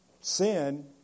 Sin